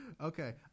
Okay